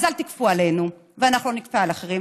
אז אל תכפו עלינו ואנחנו לא נכפה על אחרים.